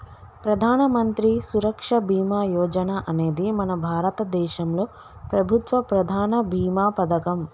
ప్రధానమంత్రి సురక్ష బీమా యోజన అనేది మన భారతదేశంలో ప్రభుత్వ ప్రధాన భీమా పథకం